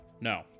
No